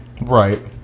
Right